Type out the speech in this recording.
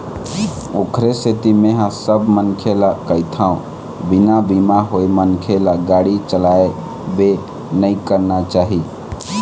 ओखरे सेती मेंहा सब मनखे ल कहिथव बिना बीमा होय मनखे ल गाड़ी चलाबे नइ करना चाही